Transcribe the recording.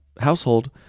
household